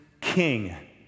king